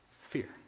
fear